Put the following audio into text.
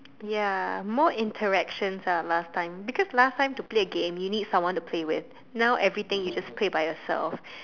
ya more interactions ah last time because last time to play a game you need someone to play with now everything you just play by yourself